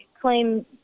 claim